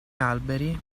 alberi